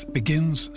begins